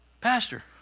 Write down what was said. Pastor